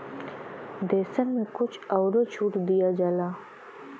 देसन मे कुछ अउरो छूट दिया जाला